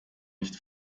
nicht